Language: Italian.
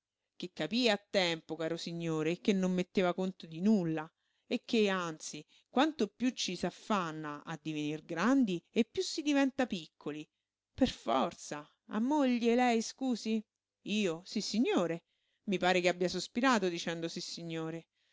che capii a tempo caro signore che non metteva conto di nulla e che anzi quanto piú ci s'affanna a divenir grandi e piú si diventa piccoli per forza ha moglie lei scusi o issignore i pare che abbia sospirato dicendo sissignore